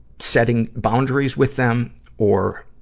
setting boundaries with them or